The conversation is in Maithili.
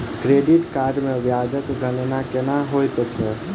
क्रेडिट कार्ड मे ब्याजक गणना केना होइत छैक